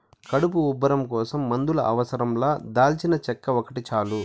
కడుపు ఉబ్బరం కోసం మందుల అవసరం లా దాల్చినచెక్క ఒకటి చాలు